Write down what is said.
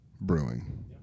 Brewing